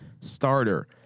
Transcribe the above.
Starter